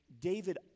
David